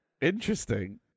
Interesting